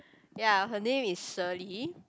ya her name is Sherley